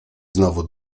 znowu